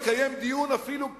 לא התקיים דיון אפילו פסיאודו-רציני.